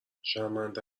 شرمنده